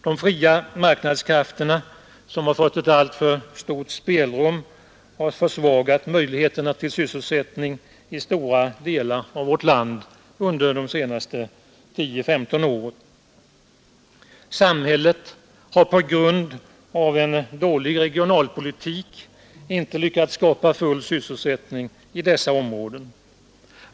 De fria marknadskrafterna, som fått ett alltför stort spelrum, har försvårat möjligheterna till syss tning i stora delar av vårt land under de senaste tio femton åren. Samhället har på grund av en dålig regionalpolitik inte lyckats skapa full sysselsättning i dessa områden.